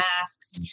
masks